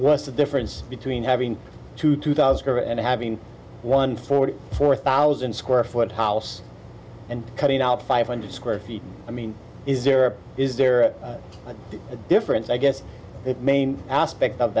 what's the difference between having two two thousand and having one forty four thousand square foot house and cutting out five hundred square feet i mean is there or is there a difference i guess main aspect of